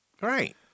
right